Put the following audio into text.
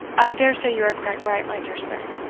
i daresay you are quite right, my dear sir,